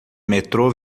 metrô